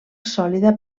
sòlida